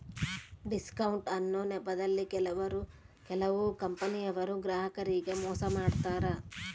discount ಅನ್ನೊ ನೆಪದಲ್ಲಿ ಕೆಲವು ಕಂಪನಿಯವರು ಗ್ರಾಹಕರಿಗೆ ಮೋಸ ಮಾಡತಾರೆ